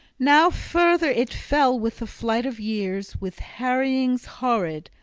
now further it fell with the flight of years, with harryings horrid,